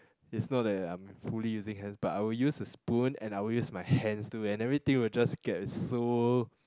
it's not that I am fully using hands but I will use a spoon and I will use my hands too and everything will just get so